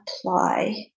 apply